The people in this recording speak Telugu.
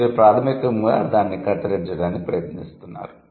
మీరు ప్రాథమికంగా దానిని కత్తిరించడానికి ప్రయత్నిస్తున్నారు